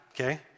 okay